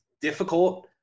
difficult